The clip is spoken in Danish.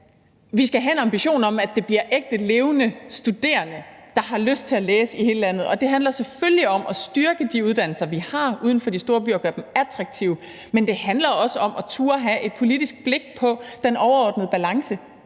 vi skal have en ambition om, at det bliver ægte, levende studerende, der har lyst til at læse i hele landet. Det handler selvfølgelig om at styrke de uddannelser, vi har uden for de store byer, og gøre dem attraktive, men det handler også om at turde have et politisk blik på den overordnede balance.